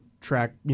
track